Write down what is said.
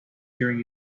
during